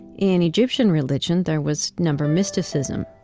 in egyptian religion, there was number mysticism.